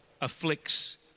afflicts